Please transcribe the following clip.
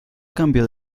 cambió